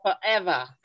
forever